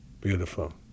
beautiful